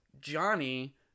Johnny